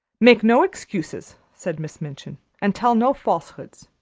make no excuses, said miss minchin, and tell no falsehoods.